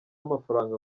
amafaranga